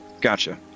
gotcha